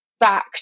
back